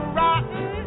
rotten